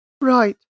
Right